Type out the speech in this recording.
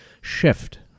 shift